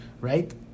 right